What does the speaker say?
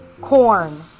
Corn